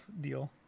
deal